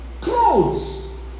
clothes